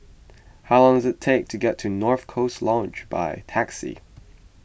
how long does it take to get to North Coast Lodge by taxi